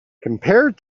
compared